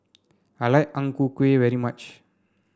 I like Ang Ku Kueh very much